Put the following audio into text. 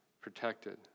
protected